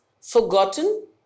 forgotten